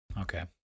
okay